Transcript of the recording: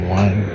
one